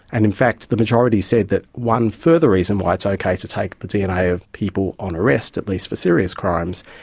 and in fact the majority said that one further reason why it's okay to take the dna of people on arrest, at least for serious crimes,